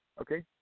okay